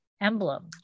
emblem